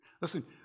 Listen